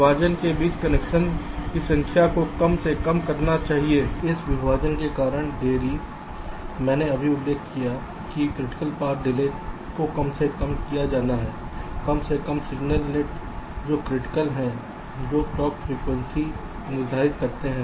विभाजन के बीच कनेक्शन की संख्या को कम से कम किया जाना है इस विभाजन के कारण देरी मैंने अभी उल्लेख किया है कि क्रिटिकल पाथ डिले को कम से कम किया जाना है कम से कम सिग्नल नेट जो क्रिटिकल हैं जो क्लॉक फ्रिकवेंसी निर्धारित करते हैं